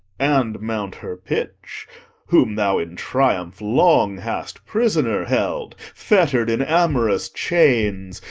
and mount her pitch whom thou in triumph long. hast prisoner held, fett'red in amorous chains,